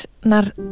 naar